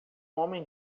homem